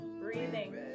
Breathing